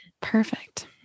Perfect